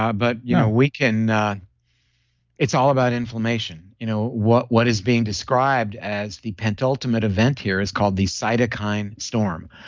um but you know we can. it's all about inflammation. you know, what what is being described as the penultimate event here is called the cytokine storm,